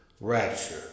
rapture